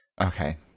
Okay